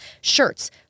shirts